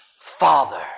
Father